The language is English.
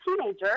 teenager